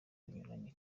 binyuranye